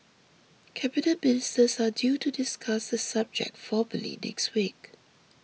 Cabinet Ministers are due to discuss the subject formally next week